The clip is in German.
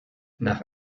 nach